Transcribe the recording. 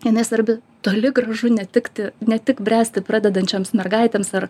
jinai svarbi toli gražu ne tikti ne tik bręsti pradedančioms mergaitėms ar